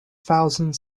thousand